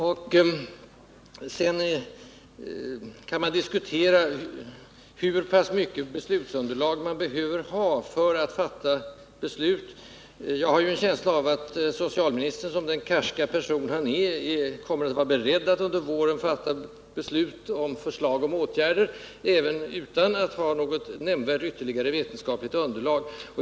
Man kan naturligtvis diskutera omfattningen av det beslutsunderlag man behöver ha för att fatta ett beslut. Jag har emellertid en känsla av att socialministern, som den karske person han är, kommer att vara beredd att under våren fatta beslut om förslag till åtgärder även utan något nämnvärt ytterligare vetenskapligt underlag.